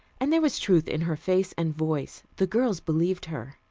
and there was truth in her face and voice. the girls believed her.